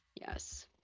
Yes